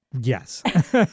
Yes